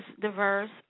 diverse